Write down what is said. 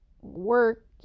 work